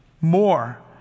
more